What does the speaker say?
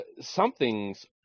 something's